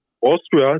Austria